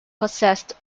possessed